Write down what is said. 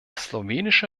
slowenische